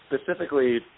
specifically